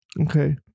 Okay